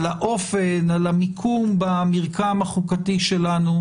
האופן והמרקם החוקתי שלנו,